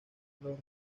los